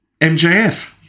mjf